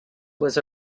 was